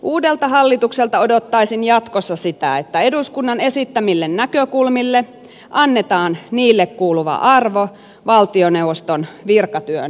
uudelta hallitukselta odottaisin jatkossa sitä että eduskunnan esittämille näkökulmille annetaan niille kuuluva arvo valtioneuvoston virkatyön piirissä